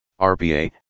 RPA